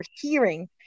hearing